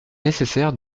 nécessaire